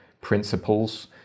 principles